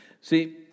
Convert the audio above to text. See